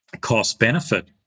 cost-benefit